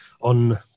on